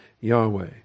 Yahweh